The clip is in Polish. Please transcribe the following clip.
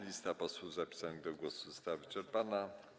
Lista posłów zapisanych do głosu została wyczerpana.